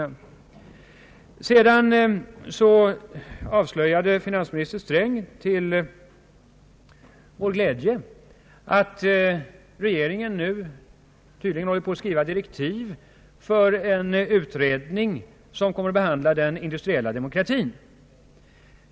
Sedan avslöjade finansminister Sträng till vår glädje att regeringen nu tydligen håller på att skriva direktiv för en utredning som kommer att behandla den industriella demokratin.